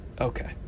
Okay